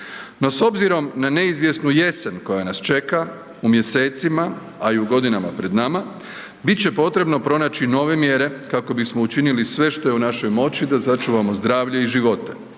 No, s obzirom na neizvjesnu jesen koja nas čeka i mjesecima, a i u godinama pred nama, bit će potrebno pronaći nove mjere kako bismo učinili sve što je u našoj moći da sačuvamo zdravlje i živote,